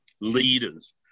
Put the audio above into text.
leaders